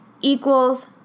equals